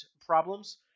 problems